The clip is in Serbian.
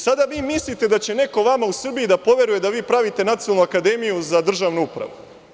Sada vi mislite da će neko vama u Srbiji da poveruje da vi pravite Nacionalnu akademiju za državnu upravu?